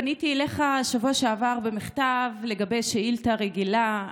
פניתי אליך בשבוע שעבר במכתב לגבי שאילתה רגילה,